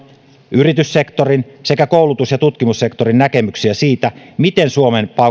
yrityssektorin sekä koulutus ja tutkimussektorin näkemyksiä siitä miten suomen